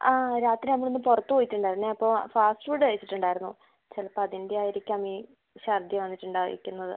ആ രാത്രി നമ്മൾ ഒന്ന് പുറത്ത് പോയിട്ടുണ്ടായിരുന്നു അപ്പോൾ ഫാസ്റ്റ് ഫുഡ്ഡ് കഴിച്ചിട്ട് ഉണ്ടായിരുന്നു ചിലപ്പോൾ അതിൻ്റെ ആയിരിക്കാം ഈ ഛർദി വന്നിട്ട് ഉണ്ടായിരിക്കുന്നത്